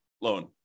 loan